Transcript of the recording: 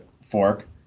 fork